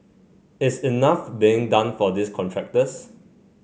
is enough being done for these contractors